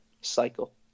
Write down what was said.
cycle